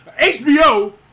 HBO